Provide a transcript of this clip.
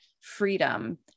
freedom